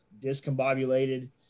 discombobulated